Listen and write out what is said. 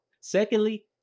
Secondly